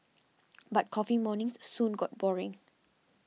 but coffee mornings soon got boring